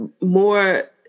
more